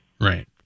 Right